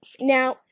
now